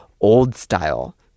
old-style